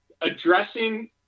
addressing